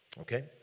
Okay